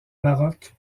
maroc